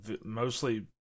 mostly